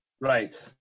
Right